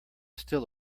still